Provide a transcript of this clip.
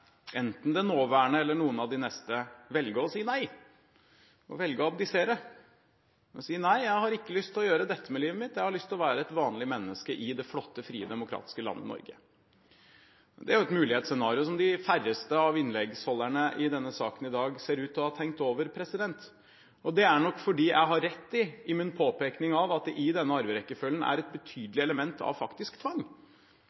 enten det nåværende eller noen av de neste – velge å si nei, velge å abdisere. De vil velge å si nei, jeg har ikke lyst til å gjøre dette med livet mitt. Jeg har lyst til å være et vanlig menneske i det flotte, frie, demokratiske landet Norge. Det er et mulig scenario som de færreste av dem som har holdt innlegg i denne saken i dag, ser ut til å ha tenkt over. Det er nok fordi jeg har rett i min påpekning av at det i denne arverekkefølgen faktisk er et